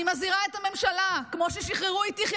אני מזהירה את הממשלה: כמו ששחררו את יחיא